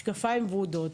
משקפיים ורודים,